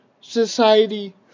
society